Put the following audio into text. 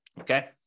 Okay